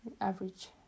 average